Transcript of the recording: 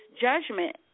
judgment